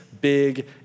big